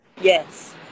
Yes